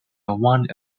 one